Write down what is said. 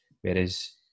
Whereas